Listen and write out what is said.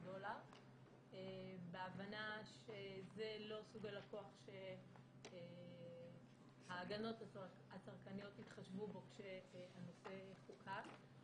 דולר בהבנה שזה לא סוג הלקוח שההגנות הצרכניות יתחשבו בו כשהנושא יחוקק,